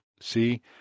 see